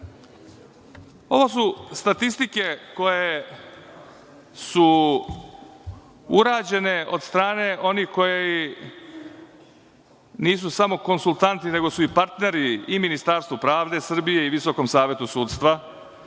su statistike koje su urađene od strane onih koji nisu samo konsultanti nego su i partneri i Ministarstvu pravde Srbije i VSS i bave se, evo